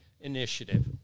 Initiative